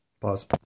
Pause